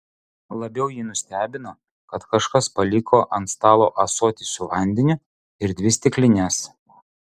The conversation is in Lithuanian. labiau jį nustebino kad kažkas paliko ant stalo ąsotį su vandeniu ir dvi stiklines